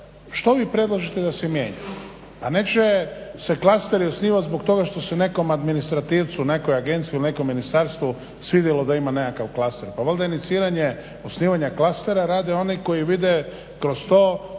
što vi predlažete da se mijenja? Pa neće se klasteri osnivati zbog toga što se nekom administrativcu, nekoj agenciji ili nekom ministarstvu svidjelo da ima nekakav klaser, pa valjda iniciranje osnivanja klastera rade oni koji vide kroz to